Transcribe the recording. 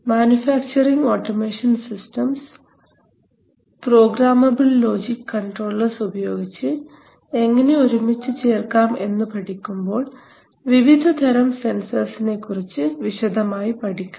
manufacturing automation systems programmable logic controllers ഉപയോഗിച്ച് എങ്ങനെ ഒരുമിച്ച് ചേർക്കാം എന്നു പഠിക്കുമ്പോൾ വിവിധതരം സെൻസറിനെകുറിച്ച് വിശദമായി പഠിക്കാം